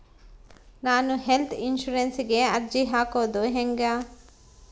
ನಾನು ಹೆಲ್ತ್ ಇನ್ಸುರೆನ್ಸಿಗೆ ಅರ್ಜಿ ಹಾಕದು ಹೆಂಗ?